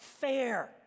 fair